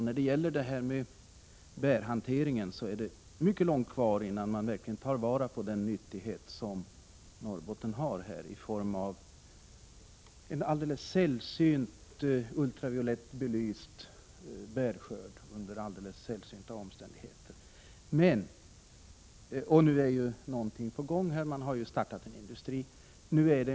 När det gäller bärhanteringen är det mycket långt kvar, innan man har kunnat ta vara på den nyttighet som Norrbotten här äger i form av en alldeles sällsynt fin, ultraviolettbelyst bärskörd. Omständigheterna är ju helt enastående. Nu är någonting på gång — man har ju startat en industri.